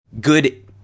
good